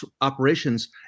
operations